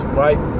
right